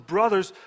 Brothers